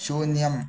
शून्यम्